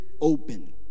open